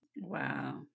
Wow